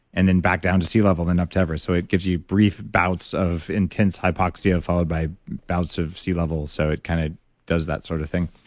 and then back down to sea level, then up to everest. so, it gives you brief bouts of intense hypoxia followed by bouts of sea level. so, it kind of does that sort of thing.